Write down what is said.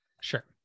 Sure